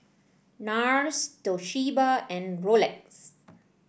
NARS Toshiba and Rolex